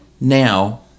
Now